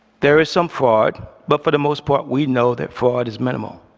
there is some fraud, but for the most part, we know that fraud is minimal,